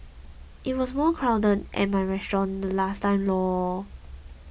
it was more crowded at my restaurant last time lor